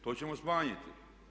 To ćemo smanjiti.